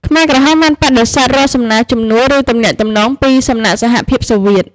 ខ្មែរក្រហមបានបដិសេធរាល់សំណើជំនួយ ឬទំនាក់ទំនងពីសំណាក់សហភាពសូវៀត។